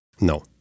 No